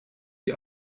die